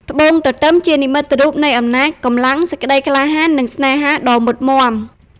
ត្បូងទទឹម ជានិមិត្តរូបនៃ អំណាច កម្លាំង សេចក្ដីក្លាហាន និងស្នេហាដ៏មុតមាំ។